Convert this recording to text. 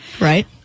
Right